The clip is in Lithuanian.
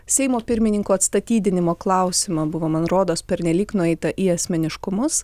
seimo pirmininko atstatydinimo klausimą buvo man rodos pernelyg nueita į asmeniškumus